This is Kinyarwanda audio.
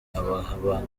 ababagana